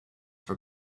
for